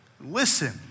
Listen